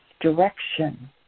direction